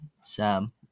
Sam